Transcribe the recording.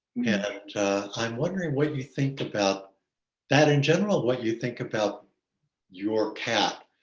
and i'm wondering what you think about that in general, what you think about your cat?